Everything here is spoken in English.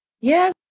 Yes